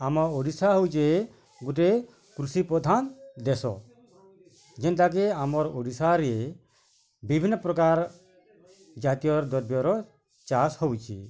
ଆମ ଓଡ଼ିଶା ହଉଛେ ଗୁଟେ କୃଷି ପ୍ରଧାନ ଦେଶ ଯେନ୍ତା କି ଆମର ଓଡ଼ିଶା ରେ ବିଭିନ୍ନ ପ୍ରକାର ଜାତୀୟ ଦ୍ରବ୍ୟର ଚାଷ ହଉଛି